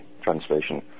translation